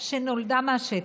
שנולדה מהשטח.